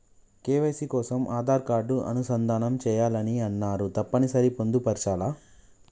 KYC కోసం Aadhaar card అనుసంధానం చేయాలని అన్నరు తప్పని సరి పొందుపరచాలా?